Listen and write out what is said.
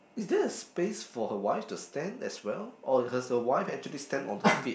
is there a space for her wife to stand as well or has the wife actually stand on the feet